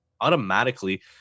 automatically